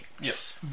Yes